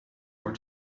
more